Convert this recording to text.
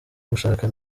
gushaka